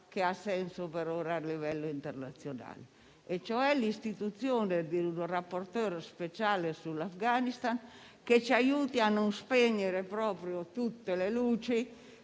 che ha senso per ora a livello internazionale: l'istituzione di un *rapporteur* speciale sull'Afghanistan, che ci aiuti a non spegnere proprio tutte le luci